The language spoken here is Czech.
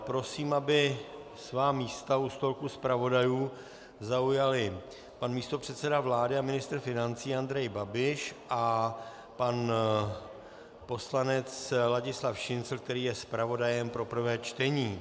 Prosím, aby svá místa u stolku zpravodajů zaujali pan místopředseda vlády a ministr financí Andrej Babiš a pan poslanec Ladislav Šincl, který je zpravodajem pro prvé čtení.